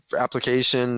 application